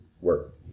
work